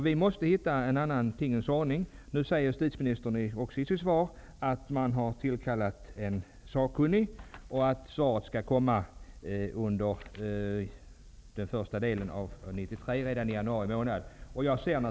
Man måste finna en annan tingens ordning. Justitieministern sade i sitt svar att man har tillsatt en sakkunnig och att redovisningen skall lämnas redan i januari 1993.